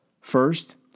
First